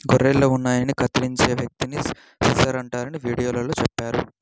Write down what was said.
గొర్రెల ఉన్నిని కత్తిరించే వ్యక్తిని షీరర్ అంటారని వీడియోలో చెప్పారు